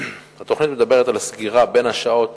התוכנית מדברת על סגירה בין השעות